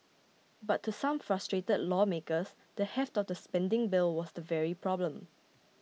but to some frustrated lawmakers the heft of the spending bill was the very problem